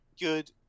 good